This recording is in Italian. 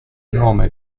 nome